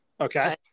Okay